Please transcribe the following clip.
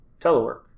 telework